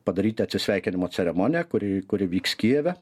padaryti atsisveikinimo ceremoniją kuri kuri vyks kijeve